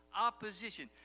opposition